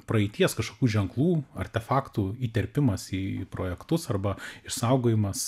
praeities kažkokių ženklų artefaktų įterpimas į projektus arba išsaugojimas